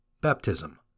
Baptism